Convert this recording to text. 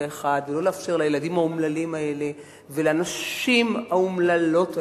אחד ולא לאפשר לילדים האומללים האלה ולנשים האומללות האלה,